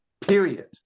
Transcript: period